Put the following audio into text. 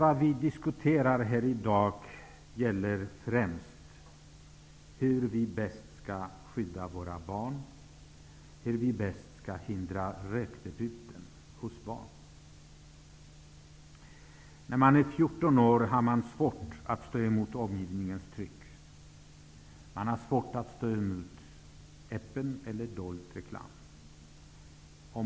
Det vi diskuterar här i dag gäller främst hur vi bäst skall skydda våra barn och hur vi bäst skall hindra rökdebuten hos barn. När man är 14 år har man svårt att stå emot omgivningens tryck och man har svårt att stå emot öppen eller dold reklam.